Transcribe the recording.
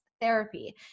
therapy